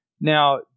Now